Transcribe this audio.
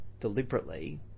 deliberately